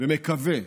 ומקווה